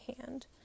hand